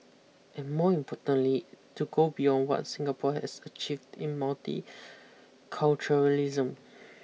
and more importantly to go beyond what Singapore has achieved in multiculturalism